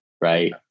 Right